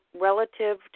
relative